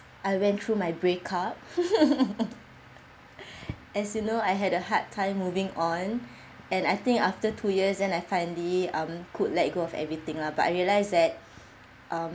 I went through my breakup as you know I had a hard time moving on and I think after two years then I finally um could let go of everything lah but I realised that um